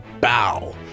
bow